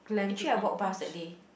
actually I walk past that day